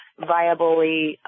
viably